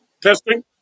testing